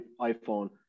iPhone